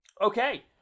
Okay